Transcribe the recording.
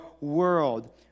world